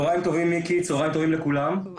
צהריים טובים, מיקי, צהריים טובים לכולם.